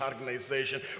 organization